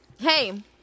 hey